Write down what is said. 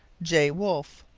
j. wolfe.